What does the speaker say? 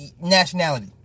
nationality